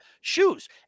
shoes